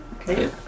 Okay